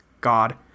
God